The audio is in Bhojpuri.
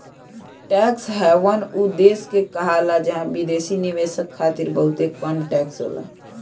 टैक्स हैवन उ देश के कहाला जहां विदेशी निवेशक खातिर बहुते कम टैक्स होला